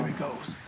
goes.